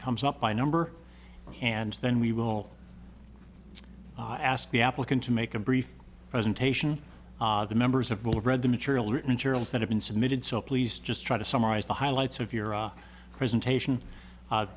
comes up by number and then we will ask the applicant to make a brief presentation to members of will read the material written insurance that have been submitted so please just try to summarize the highlights of your presentation